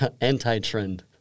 anti-trend